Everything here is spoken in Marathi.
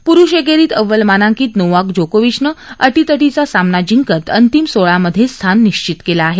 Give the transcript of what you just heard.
पुरुष एकेरीत अव्वल मानांकित नोवाक जोकोविचनं अटीतटीचा सामना जिंकत अंतिम सोळामध्ये स्थान निश्वित केलं आहे